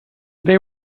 they